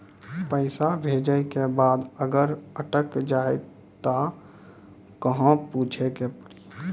पैसा भेजै के बाद अगर अटक जाए ता कहां पूछे के पड़ी?